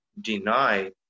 deny